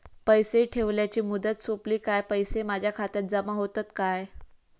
पैसे ठेवल्याची मुदत सोपली काय पैसे माझ्या खात्यात जमा होतात काय?